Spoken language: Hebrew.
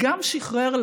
שבכנסת התשע עשרה